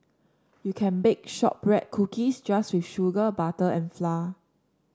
you can bake shortbread cookies just with sugar butter and flour